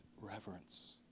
Reverence